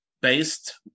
based